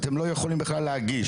אתם לא יכולים בכלל להגיש.